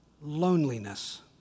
loneliness